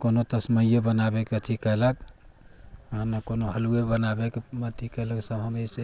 कोनो तस्मैए बनाबयके अथी कयलक हइ ने कोनो हलुए बनाबयके अथी कयलक समावेश